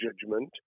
judgment